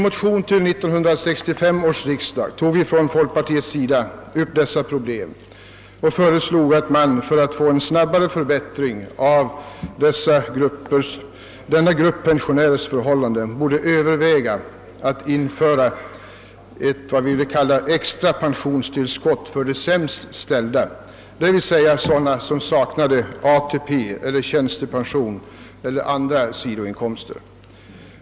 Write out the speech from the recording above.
vi från folkpartiets sida upp dessa problem och föreslog att man för att få en snabbare förbättring av förhållandena för denna grupp pensionärer borde överväga att införa vad vi ville kalla ett extra pensionstillskott för de sämst ställda, d. v. s. för sådana som saknade ATP, tjänstepension eller andra sidoinkomster.